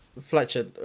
Fletcher